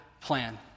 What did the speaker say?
plan